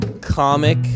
comic